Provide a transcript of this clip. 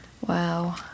Wow